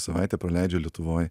savaitę praleidžia lietuvoj